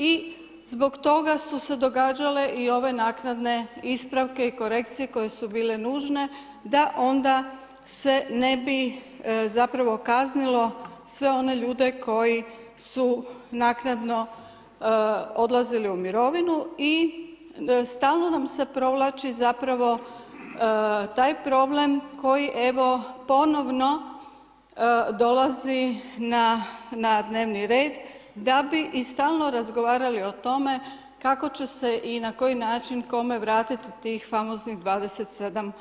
I zbog toga su se događale i ove naknadne ispravke i korekcije koje su bile nužne da onda se ne bi zapravo kaznilo sve one ljude koji su naknadno odlazili u mirovinu i stalno nam se provlači zapravo taj problem, koji evo, ponovno dolazi na dnevni red, da bi i stalno razgovarali o tome, kako će se i na koji način, kome vratiti tih famoznih 27%